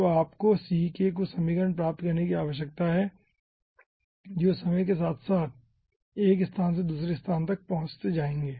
तो आपको c के कुछ समीकरण प्राप्त करने की आवश्यकता है जो समय के साथ साथ एक स्थान से दूसरे स्थान तक पहुंचते जाएंगे